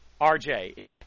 RJ